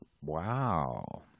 Wow